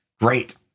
Great